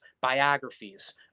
biographies